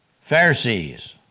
Pharisees